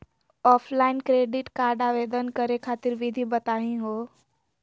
Offline credit card आवेदन करे खातिर विधि बताही हो?